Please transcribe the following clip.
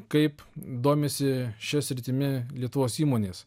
kaip domisi šia sritimi lietuvos įmonės